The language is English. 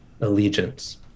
allegiance